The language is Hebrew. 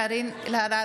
קארין אלהרר,